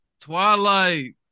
Twilight